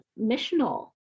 missional